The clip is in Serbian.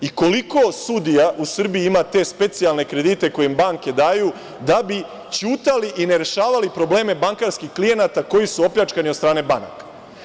I koliko sudija u Srbiji ima te specijalne kredite koje im banke daju, da bi ćutali i nerešavali probleme bankarskih klijenata koji su opljačkani od strane banaka?